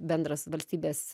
bendras valstybės